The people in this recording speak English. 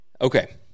Okay